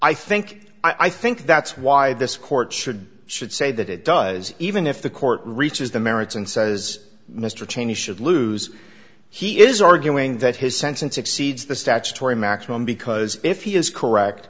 i think i think that's why this court should should say that it does even if the court reaches the merits and says mr cheney should lose he is arguing that his sentence exceeds the statutory maximum because if he is correct